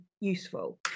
useful